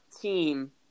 team